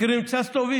מכירים את שסטוביץ?